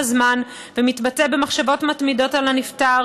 הזמן ומתבטא במחשבות מתמידות על הנפטר,